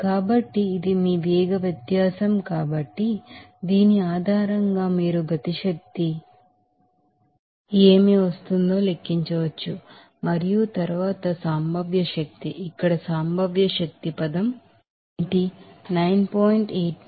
కాబట్టి ఇది మీ వెలాసిటీ డిఫరెన్స్ కాబట్టి దీని ఆధారంగా మీరు కైనెటిక్ ఎనెర్జి ఏమి వస్తుందో లెక్కించవచ్చు మరియు తరువాత పొటెన్షియల్ ఎనెర్జి ఇక్కడ పొటెన్షియల్ ఎనెర్జి పదం ఏమిటి g 9